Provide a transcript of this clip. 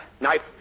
Knife